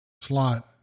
slot